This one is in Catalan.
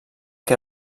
que